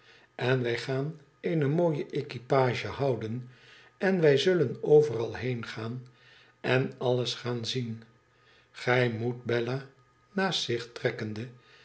ten wij gaan eene mooie equipage houden en wij zullen overal heengaan en alles gaan zien gij moet bella naast zich trekkende